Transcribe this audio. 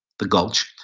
the gulch.